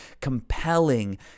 compelling